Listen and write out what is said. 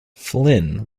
flynn